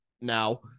now